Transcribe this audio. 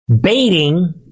baiting